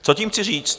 Co tím chci říct?